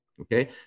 Okay